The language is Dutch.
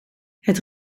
het